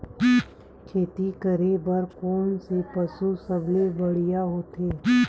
खेती करे बर कोन से पशु सबले बढ़िया होथे?